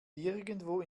irgendwo